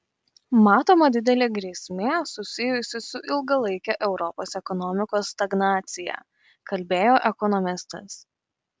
matoma didelė grėsmė susijusi su ilgalaike europos ekonomikos stagnacija kalbėjo ekonomistas